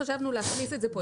לכן, חשבנו להכניס את זה כאן.